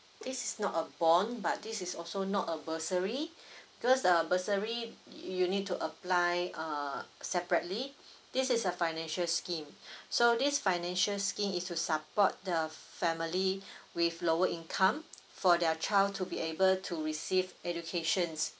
this is not a bond but this is also not a bursary cause uh bursary you'll need to apply uh separately this is a financial scheme so this financial scheme is to support the family with lower income for their child to be able to receive educations